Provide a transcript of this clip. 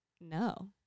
no